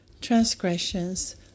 transgressions